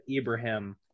Ibrahim